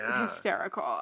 hysterical